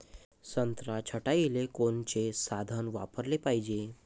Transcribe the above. संत्रा छटाईले कोनचे साधन वापराले पाहिजे?